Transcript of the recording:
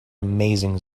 amazing